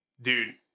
dude